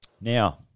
Now